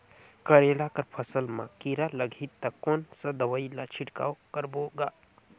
करेला कर फसल मा कीरा लगही ता कौन सा दवाई ला छिड़काव करबो गा?